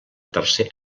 tercer